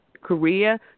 Korea